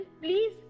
please